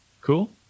Cool